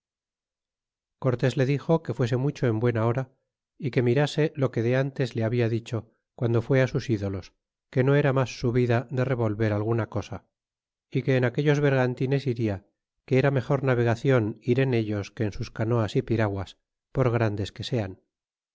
cortés le dixo que fuese mucho en buena hora y que mirase lo que de ntes le habia dicho guando fué sus ídolos que no era mas su vida de revolver alguna cosa y que en aquellos vergantines iria que era mejor navegacion ir en ellos que en sus canoas y piraguas por grandes que sean